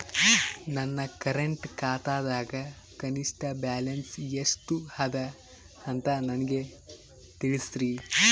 ನನ್ನ ಕರೆಂಟ್ ಖಾತಾದಾಗ ಕನಿಷ್ಠ ಬ್ಯಾಲೆನ್ಸ್ ಎಷ್ಟು ಅದ ಅಂತ ನನಗ ತಿಳಸ್ರಿ